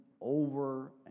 over